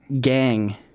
gang